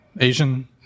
Asian